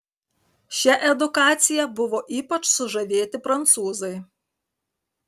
šia edukacija buvo ypač sužavėti prancūzai